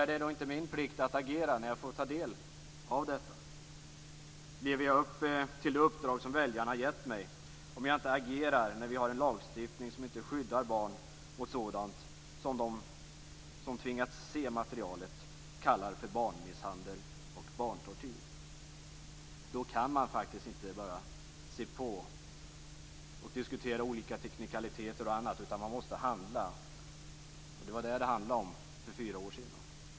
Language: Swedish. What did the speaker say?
Är det då inte min plikt att agera när jag får ta del av detta? Lever jag upp till det uppdrag som väljarna har gett mig, om jag inte agerar när vi har en lagstiftning som inte skyddar barn mot sådant som de som tvingats att se materialet kallar för barnmisshandel och barntortyr? Då kan man inte bara se på och diskutera olika teknikaliteter och annat, utan man måste handla. Det var detta som det handlade om för fyra år sedan.